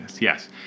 Yes